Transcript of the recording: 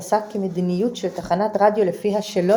פסק כי מדיניות של תחנת רדיו לפיה שלא